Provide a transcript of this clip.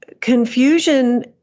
confusion